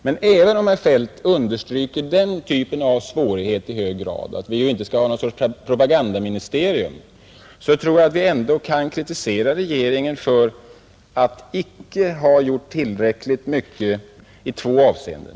Men även om herr Feldt understryker att den typen av svårigheter föreligger och att vi inte skall ha någon sorts propagandaministerium, tror jag att vi ändå kan kritisera regeringen för att icke ha gjort tillräckligt mycket i två avseenden.